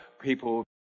people